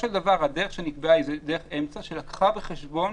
הדרך שנקבעה היא דרך אמצע שלקחה בחשבון